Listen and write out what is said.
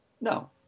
No